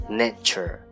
nature